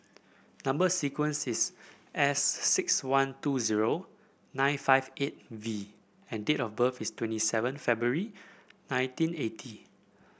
number sequence is S six one two zero nine five eight V and date of birth is twenty seven February nineteen eighty